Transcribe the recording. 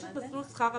יש את מסלול שכר עבודה,